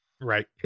Right